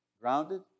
Grounded